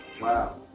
wow